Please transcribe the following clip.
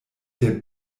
der